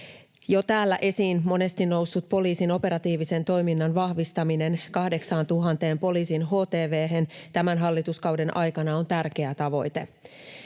Täällä jo monesti esiin noussut poliisin operatiivisen toiminnan vahvistaminen 8 000:een poliisin htv:hen tämän hallituskauden aikana on tärkeä tavoite.